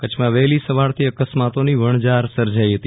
કચ્છમાં વહેલી સવારથી અકસ્માતોની વણઝાર સર્જાઈ હતી